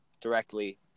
directly